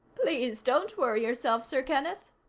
please don't worry yourself, sir kenneth,